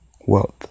wealth